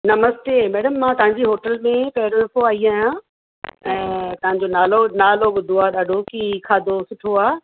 नमस्ते madam मां तव्हांजी hotel में पहिरियों दफ़ो आई आहियां ऐं तव्हांजो नालो नालो ॿुधो आहे ॾाढो की खाधो सुठो आहे